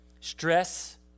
stress